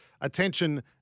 Attention